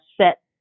set